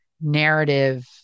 narrative